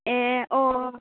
ए अ